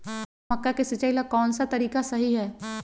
मक्का के सिचाई ला कौन सा तरीका सही है?